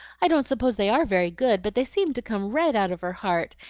i don't suppose they are very good, but they seem to come right out of her heart,